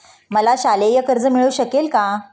मला शालेय कर्ज मिळू शकते का?